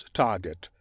target